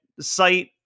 site